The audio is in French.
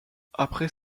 après